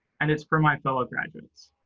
and it's for my fellow graduates.